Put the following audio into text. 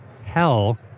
hell